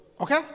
Okay